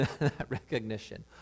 recognition